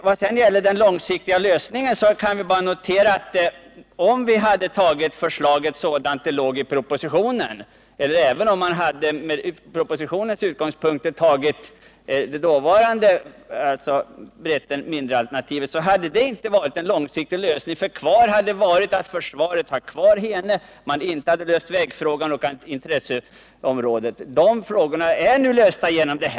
Vad gäller den långsiktiga lösningen kan man bara notera att ett bifall till förslaget sådant det förelåg i propositionen, alltså med genomförande av alternativet Bjärsjö, inte hade varit en långsiktig lösning. Kvar hade nämligen stått att försvaret skulle ha behållit övningsfältet Hene, att man inte hade löst vägfrågan och inte heller löst andra problem i området.